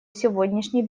сегодняшний